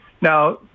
Now